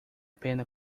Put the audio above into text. pena